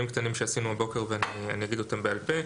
שעשינו הבוקר ואני אומר אותם בעל פה.